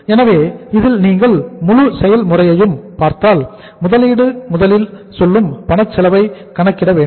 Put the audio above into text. எனவே இதில் நீங்கள் முழு செயல்முறையும் பார்த்தால் முதலீடு முதலில் சொல்லும் பணச் செலவை கணக்கிட வேண்டும்